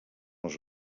els